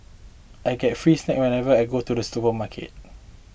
I get free snack whenever I go to the supermarket